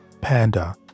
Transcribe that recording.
panda